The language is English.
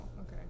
okay